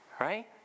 right